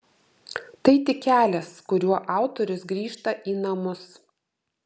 tai tik kelias kuriuo autorius grįžta į namus